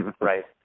right